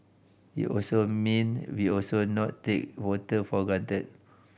it also mean we also not take voter for granted